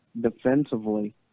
defensively